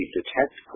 detect